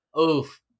Oof